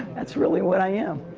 that's really what i am.